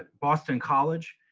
ah boston college,